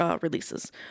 releases